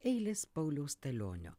eilės pauliaus stalionio